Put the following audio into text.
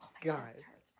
guys